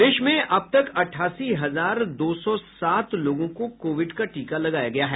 प्रदेश में अब तक अठासी हजार दो सौ सात लोगों को कोविड का टीका लगाया गया है